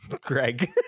Greg